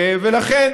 לכן,